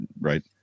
right